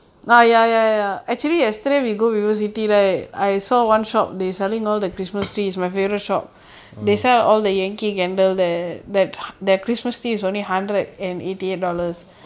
mm